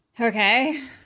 Okay